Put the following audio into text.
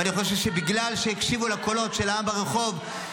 אני חושב שבגלל שהקשיבו לקולות של העם ברחוב,